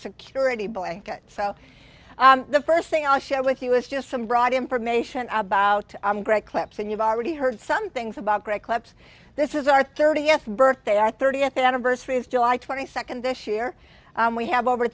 security blanket so the first thing i'll share with you is just some broad information about great clips and you've already heard some things about great clips this is our thirtieth birthday i thirtieth anniversary is july twenty second this year we have over